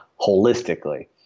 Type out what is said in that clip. holistically